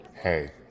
Hey